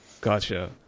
Gotcha